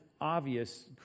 obvious